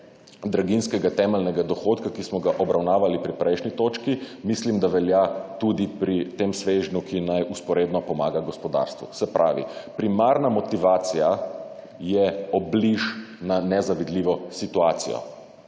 draginjskega temeljnega dohodka, ki smo ga obravnavali pri prejšnji točki, mislim da velja tudi pri tem svežnju, ki naj vzporedno pomaga gospodarstvu. Se pravi primarna motivacija je obliž na nezavidljivo situacijo.